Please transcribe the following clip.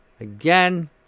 Again